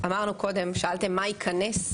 שאלתם מה ייכנס,